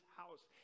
house